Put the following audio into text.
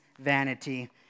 vanity